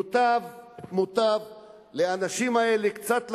מוטב לאנשים האלה קצת לחשוב,